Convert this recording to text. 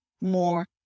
more